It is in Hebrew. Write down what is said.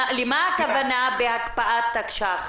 למה הכוונה בהקפאת תקש"ח?